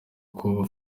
kuba